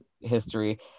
history